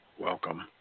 welcome